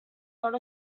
not